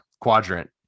quadrant